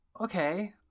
okay